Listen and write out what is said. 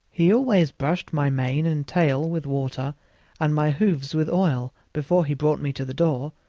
he always brushed my mane and tail with water and my hoofs with oil before he brought me to the door,